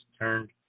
turned